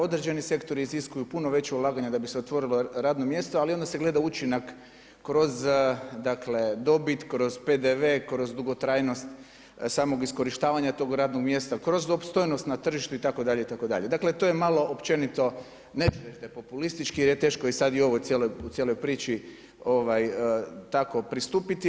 Određeni sektori iziskuju puno veća ulaganja da bi se otvorilo radno mjesto ali onda se gleda učinak kroz dobit, kroz PDV, kroz dugotrajnost samog iskorištavanja tog radnog mjesta, kroz opstojnost na tržištu itd., itd. dakle to je malo općenito, neću reći da je populistički jer je teško sada u ovoj cijelo priči tako pristupiti.